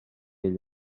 ell